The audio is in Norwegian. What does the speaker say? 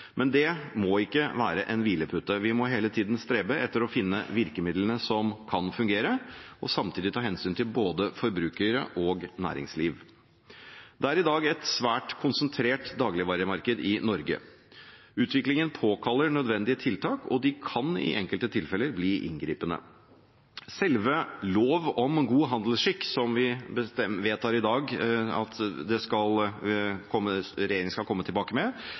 men det må ikke være en hvilepute, vi må hele tiden strebe etter å finne virkemidlene som kan fungere, og samtidig ta hensyn til både forbrukere og næringsliv. Det er i dag et svært konsentrert dagligvaremarked i Norge. Utviklingen påkaller nødvendige tiltak, og de kan i enkelte tilfeller bli inngripende. Selve loven om god handelsskikk, som vi i dag vedtar at regjeringen skal komme tilbake med, skal